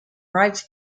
rights